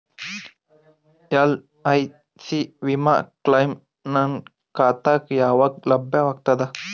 LIC ವಿಮಾ claim ನನ್ನ ಖಾತಾಗ ಯಾವಾಗ ಲಭ್ಯವಾಗತದ?